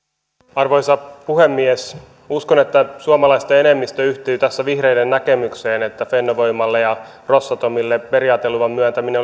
arvoisa puhemies uskon että suomalaisten enemmistö yhtyy tässä vihreiden näkemykseen että fennovoimalle ja rosatomille periaateluvan myöntäminen